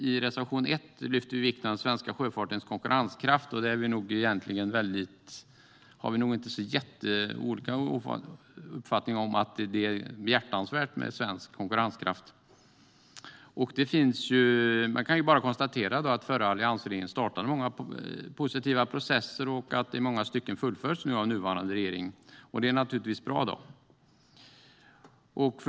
I reservation 1 lyfter vi fram vikten av den svenska sjöfartens konkurrenskraft. Vi har nog inte särskilt olika uppfattningar när det gäller det. Det är behjärtansvärt med svensk konkurrenskraft. Jag kan konstatera att alliansregeringen startade många positiva processer och att många fullföljs av nuvarande regering. Det är naturligtvis bra.